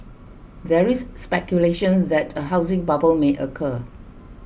there is speculation that a housing bubble may occur